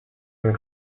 and